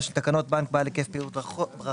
של תקנות בנק בעל היקף פעילות רחב".